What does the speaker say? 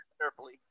carefully